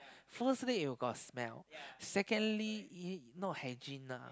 firstly it will got smell secondly it it not hygiene lah